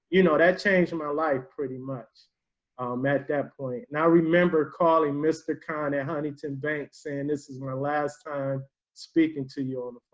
you know, that changed my life pretty much at that point. now remember calling mr. khan at huntington bank saying this is my last time speaking to you